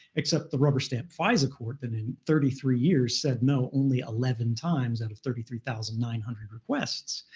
except the rubber stamp fisa court that in thirty three years, said no only eleven times out and of thirty three thousand nine hundred requests.